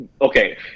Okay